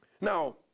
Now